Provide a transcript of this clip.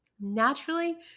naturally